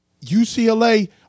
UCLA